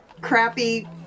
crappy